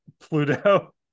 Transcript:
Pluto